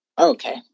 Okay